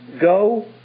go